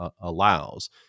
allows